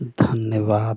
धन्यवाद